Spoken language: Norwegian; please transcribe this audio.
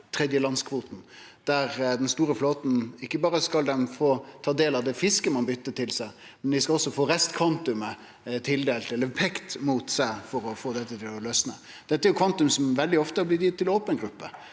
tredjelandskvotar. Den store flåten skal ikkje berre få ta del av det fisket ein byter til seg, dei skal også få restkvantumet peikt mot seg, for å få dette til å losne. Dette er jo kvantum som veldig ofte har blitt gitt til open gruppe,